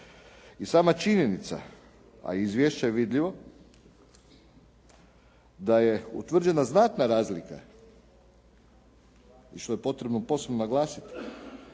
I sama činjenica, a iz izvješća je vidljivo da je utvrđena znatna razlika, što je potrebno posebno naglasiti,